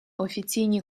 офіційні